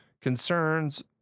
concerns